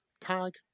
Tag